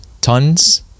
tons